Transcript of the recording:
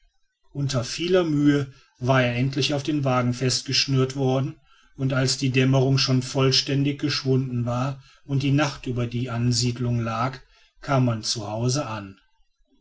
unter vieler mühe war er endlich auf dem wagen festgeschnürt worden und als die dämmerung schon vollständig geschwunden war und die nacht über der ansiedelung lag kam man zu hause an